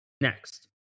next